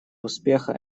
успеха